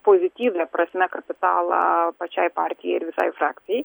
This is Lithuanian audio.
pozityvia prasme kapitalą pačiai partijai ir visai frakcijai